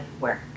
work